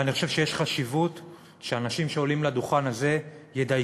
ואני חושב שחשוב שאנשים שעולים לדוכן הזה ידייקו.